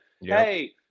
hey